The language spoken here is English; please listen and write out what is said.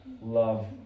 love